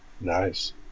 Nice